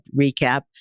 recap